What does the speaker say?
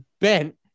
bent